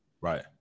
Right